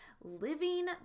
living